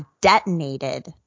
detonated